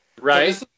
Right